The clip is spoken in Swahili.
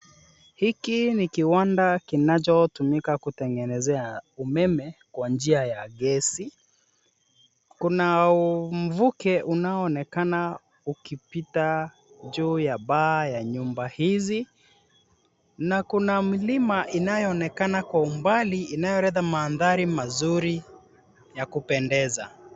Hiki ni kiwanda kinachotumika kutengenezea umeme kwa njia ya gesi. Kuna mvuke unaoonekana ukipita juu ya paa ya nyumba hizi na kuna milima inayoonekana kwa umbali inayoleta mandhari mazuri ya kupendeza.